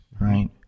right